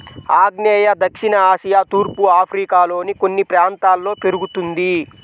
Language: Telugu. ఆగ్నేయ దక్షిణ ఆసియా తూర్పు ఆఫ్రికాలోని కొన్ని ప్రాంతాల్లో పెరుగుతుంది